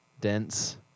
dense